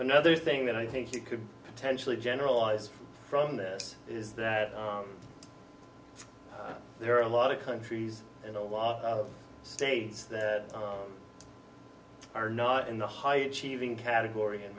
another thing that i think you could potentially generalize from this is that there are a lot of countries and a lot of states that are not in the high achieving category